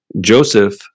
Joseph